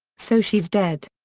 so she's dead.